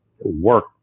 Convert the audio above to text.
work